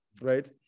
right